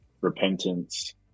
repentance